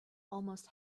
almost